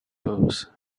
pose